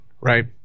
right